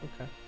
Okay